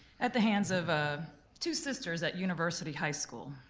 at the hands of ah two sisters at university high school.